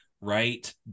right